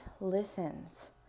listens